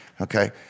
okay